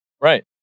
Right